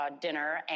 dinner